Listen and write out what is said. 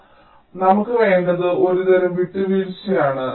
അതിനാൽ നമുക്ക് വേണ്ടത് ഒരുതരം വിട്ടുവീഴ്ചയാണ്